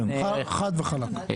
חד וחלק.